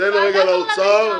תנו רגע לאוצר.